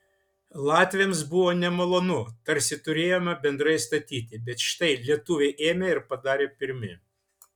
latviams buvo nemalonu tarsi turėjome bendrai statyti bet štai lietuviai ėmė ir padarė pirmi